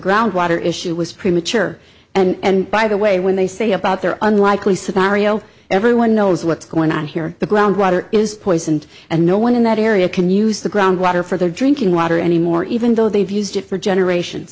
groundwater issue was premature and by the way when they say about their unlikely scenario everyone knows what's going on here the groundwater is poisoned and no one in that area can use the groundwater for their drinking water anymore even though they've used it for generations